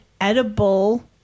edible